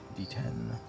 D10